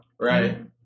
Right